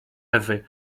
ewy